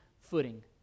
footing